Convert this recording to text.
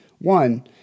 One